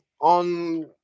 on